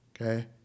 Okay